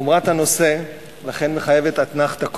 חומרת הנושא לכן מחייבת אתנחתא קומית,